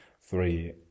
three